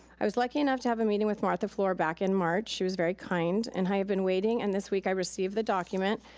i was lucky enough to have a meeting with martha fluor back in march. she was very kind. i and have been waiting, and this week i received the document,